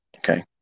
Okay